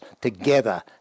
together